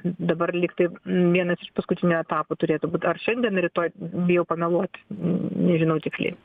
dabar lygtai vienas iš paskutinių etapų turėtų būt ar šiandien ar rytoj bijau pameluoti nežinau tiksliai